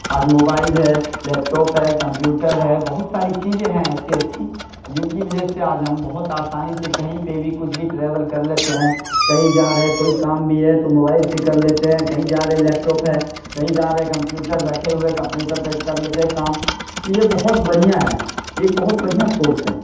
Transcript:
آج موبائل ہے laptop ہے کمپیوٹر ہے بہت ساری چیزیں ہیں ایسی ایسی جن کی وجہ سے آج ہم بہت آسانی سے کہیں پہ بھی کچھ بھی ٹریول کر لیتے ہیں کہیں جا رہے ہیں کوئی کام بھی ہے تو موبائل سے ہی کر لیتے ہیں کہیں جا رہے ہیں لیپ ٹاپ ہے کہیں جا رہے ہیں کمپیوٹر بیٹھے ہوئے کمپیوٹر پہ کر لیتے ہیں کام تو یہ بہت بڑھیاں ہے یہ ایک بہت بڑھیاں سورس ہیں